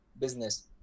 business